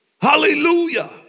Hallelujah